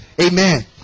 Amen